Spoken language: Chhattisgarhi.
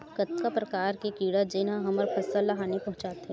कतका प्रकार के कीड़ा जेन ह हमर फसल ल हानि पहुंचाथे?